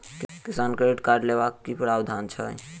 किसान credit card लेबाक की प्रावधान छै?